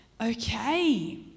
okay